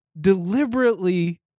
deliberately